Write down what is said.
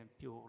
più